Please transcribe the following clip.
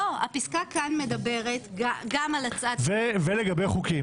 זה לגבי חוקים.